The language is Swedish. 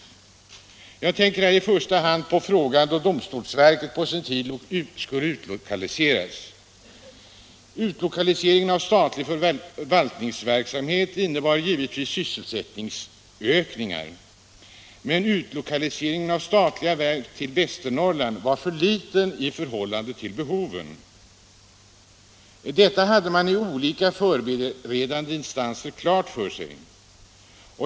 Jag tänker här i första hand på domstolsverket som på sin tid skulle utlokaliseras. Utlokaliseringen av statlig förvaltningsverksamhet innebar givetvis Sysselsättningsökningar. Men utlokaliseringen av statliga verk till Västernorrland var för liten i förhållande till behoven. Detta hade man i olika förberedande instanser klart för sig.